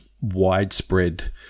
widespread